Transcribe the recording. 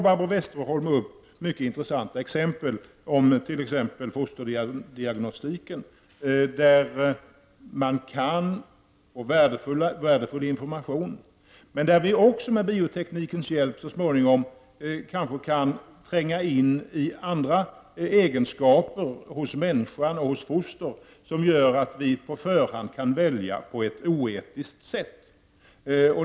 Barbro Westerholm tog upp det intressanta exemplet med fosterdiagnostiken, som kan ge värdefull information men som också kan göra att vi med bioteknikens hjälp så småningom kanske kan komma åt andra egenskaper hos fostret än nu och därmed välja på ett oetiskt sätt.